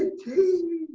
ah to